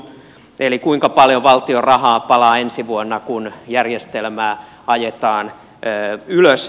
eli kuinka paljon valtion rahaa palaa ensi vuonna kun järjestelmää ajetaan ylös